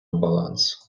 баланс